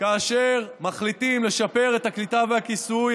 כאשר מחליטים לשפר את הקליטה והכיסוי,